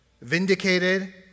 vindicated